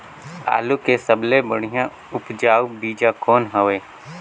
आलू के सबले बढ़िया उपजाऊ बीजा कौन हवय?